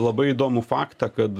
labai įdomų faktą kad